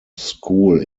school